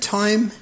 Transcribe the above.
time